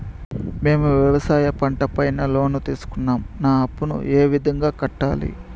మేము వ్యవసాయ పంట పైన లోను తీసుకున్నాం నా అప్పును ఏ విధంగా కట్టాలి